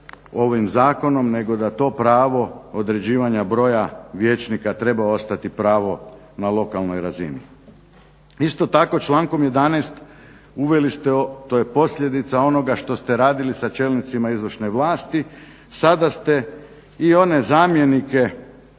ovim zakonom nego da to pravo određivanja broje vijećnika treba ostati pravo na lokalnoj razini. Isto tako člankom 11. uveli ste, to je posljedica onoga što ste radili sa čelnicima izvršne vlasti, sada ste i one zamjenike